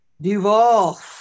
duval